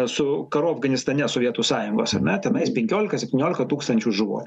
su karu afganistane sovietų sąjungos ar ne tenais penkiolika septyniolika tūkstančių žuvo